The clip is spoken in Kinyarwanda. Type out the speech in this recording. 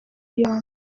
yombi